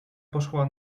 poszła